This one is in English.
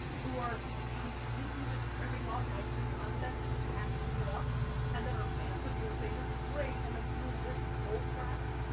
who are completely just ripping off my free content and packaging it up and then are fans of me and saying, this is great, and then doing this bullcrap?